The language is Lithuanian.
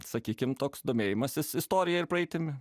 sakykim toks domėjimasis istorija ir praeitimi